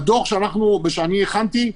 בדוח שהכנסתי,